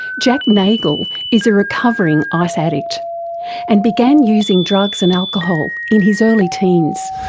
jack nagle is a recovering ice addict and began using drugs and alcohol in his early teens.